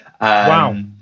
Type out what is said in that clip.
Wow